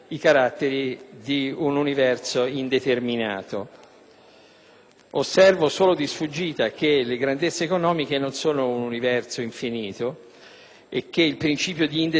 Osservo solo di sfuggita che le grandezze economiche non sono un universo infinito e che il principio di indeterminazione classico funziona solo per la fisica delle particelle.